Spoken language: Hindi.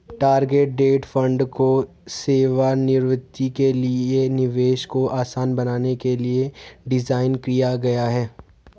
टारगेट डेट फंड को सेवानिवृत्ति के लिए निवेश को आसान बनाने के लिए डिज़ाइन किया गया है